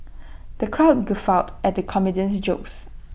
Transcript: the crowd guffawed at the comedian's jokes